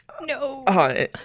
No